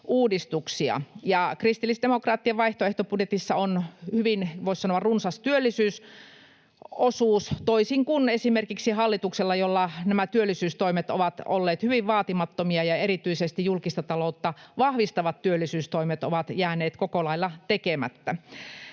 uudistuksia. Kristillisdemokraattien vaihtoehtobudjetissa on hyvin, voisi sanoa, runsas työllisyysosuus toisin kuin esimerkiksi hallituksella, jolla nämä työllisyystoimet ovat olleet hyvin vaatimattomia, ja erityisesti julkista taloutta vahvistavat työllisyystoimet ovat jääneet koko lailla tekemättä.